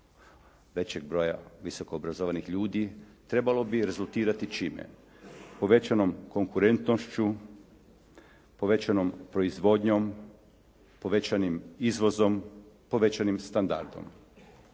većeg broja visoko obrazovanih ljudi trebalo bi rezultirati čime? Povećanom konkurentnošću, povećanom proizvodnjom, povećanim izvozom, povećanim standardom.